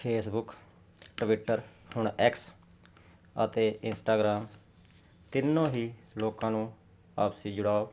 Facebook Twitter ਹੁਣ X ਅਤੇ Instagram ਤਿੰਨੋਂ ਹੀ ਲੋਕਾਂ ਨੂੰ ਆਪਸੀ ਜੁੜਾਓ